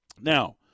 Now